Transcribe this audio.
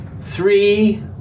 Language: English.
three